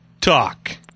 talk